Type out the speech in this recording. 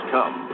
Come